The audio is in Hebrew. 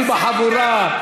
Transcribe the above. מי בחבורה,